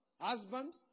husband